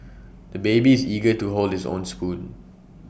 the baby is eager to hold his own spoon